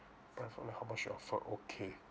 find from them how much they offer okay